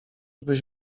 byś